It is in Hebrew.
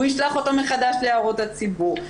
הוא ישלח אותו מחדש להערות הציבור,